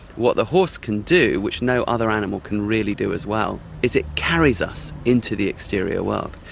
what the horse can do which no other animal can really do as well, is it carries us into the exterior world,